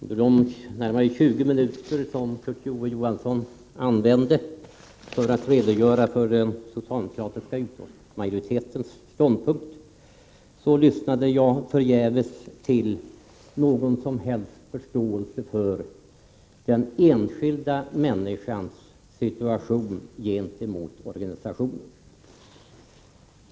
Herr talman! Under de närmare 20 minuter som Kurt Ove Johansson använde för att redogöra för den socialdemokratiska utskottsmajoritetens ståndpunkt väntade jag förgäves på att få höra honom uttrycka någon som helst förståelse för den enskilda människans situation gentemot organisationen.